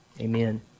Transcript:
Amen